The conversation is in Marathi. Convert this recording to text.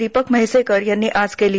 दिपक म्हैसेकर यांनी आज केली